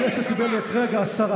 חברת הכנסת שלי טל מירון, קריאה שנייה.